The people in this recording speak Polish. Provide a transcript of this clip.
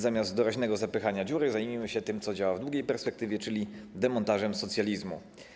Zamiast doraźnego zapychania dziury zajmijmy się więc tym, co działa w długiej perspektywie, czyli demontażem socjalizmu.